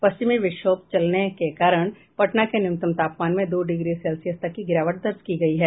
पश्चिमी विक्षोभ चलने के कारण पटना के न्यूनतम तापमान में दो डिग्री सेल्सियस तक गिरावट दर्ज की गयी है